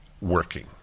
working